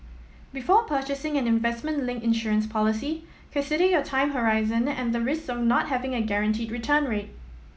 before purchasing an investment linked insurance policy consider your time horizon and the risk of not having a guaranteed return rate